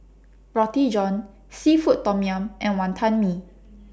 Roti John Seafood Tom Yum and Wantan Mee